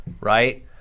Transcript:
right